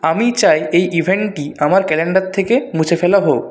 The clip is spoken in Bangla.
আমি চাই এই ইভেন্টটি আমার ক্যালেন্ডার থেকে মুছে ফেলা হোক